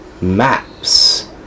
maps